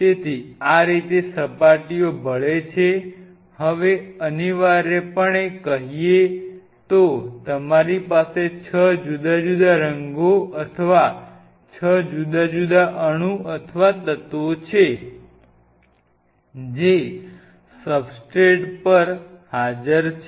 તેથી આ રીતે સપાટીઓ ભળે છે હવે અનિવાર્યપણે કહીએ તો તમારી પાસે 6 જુદા જુદા રંગો અથવા 6 જુદા જુદા અણુ અથવા તત્વો છે જે સબસ્ટ્રેટ પર હાજર છે